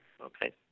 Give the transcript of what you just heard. Okay